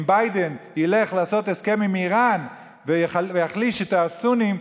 אם ביידן ילך לעשות הסכם עם איראן ויחליש את הסונים,